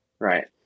right